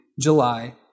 July